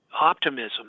optimism